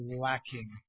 lacking